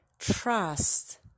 trust